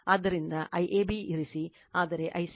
ಆದ್ದರಿಂದ IAB ಇರಿಸಿ ಆದರೆ ICA IAB ಕೋನ 240 o